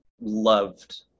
loved